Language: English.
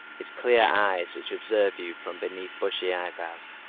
his clear eyes, which observe you from beneath bushy eyebrows,